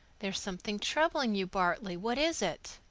there's something troubling you, bartley. what is it?